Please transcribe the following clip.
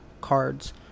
cards